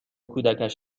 کودکش